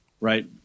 Right